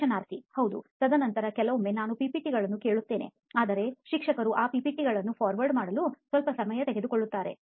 ಸಂದರ್ಶನಾರ್ಥಿ ಹೌದು ತದನಂತರ ಕೆಲವೊಮ್ಮೆ ನಾನು PPTಗಳನ್ನು ಕೇಳುತ್ತೇನೆ ಆದರೆ ಶಿಕ್ಷಕರು ಆ PPTಗಳನ್ನು forward ಮಾಡಲು ಸ್ವಲ್ಪ ಸಮಯ ತೆಗೆದುಕೊಳ್ಳುತ್ತಾರೆ